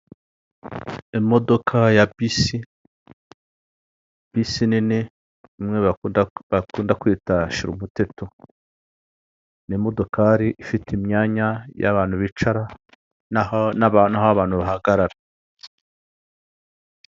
Imodoka ya bisi, bisi nini imwe bakunda kwita shira umuteto ni imodokadokari ifite imyanya y'aho abantu bicara n'aho abantu bahagarara.